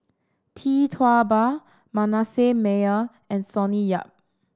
Tee Tua Ba Manasseh Meyer and Sonny Yap